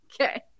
Okay